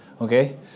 Okay